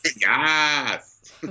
yes